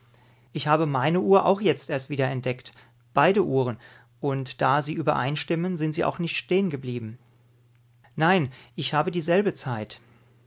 ich habe meine uhr auch jetzt erst wieder entdeckt beide uhren und da sie übereinstimmen sind sie auch nicht stehengeblieben nein ich habe dieselbe zeit